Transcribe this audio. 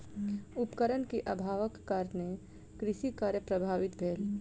उपकरण के अभावक कारणेँ कृषि कार्य प्रभावित भेल